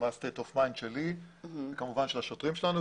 מה ה הסטייט אוף מיינד שלי וכמובן של השוטרים שלנו,